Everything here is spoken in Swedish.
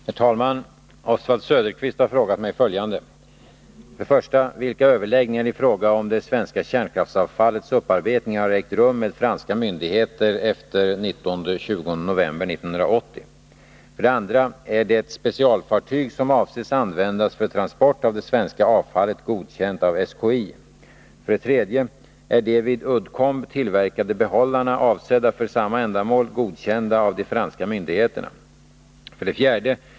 Herr talman! Oswald Söderqvist har frågat mig följande: 1. Vilka överläggningar i fråga om det svenska kärnkraftsavfallets upparbetning har ägt rum med franska myndigheter efter 19-20 november 1980? 2. Är det specialfartyg som avses användas för transport av det svenska avfallet godkänt av SKI? 3. Är de vid Uddcomb tillverkade behållarna, avsedda för samma ändamål, godkända av de franska myndigheterna? 4.